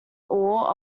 ore